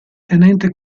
tenente